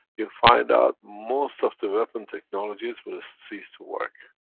you'll find out, most of the weapon technologies will cease to work.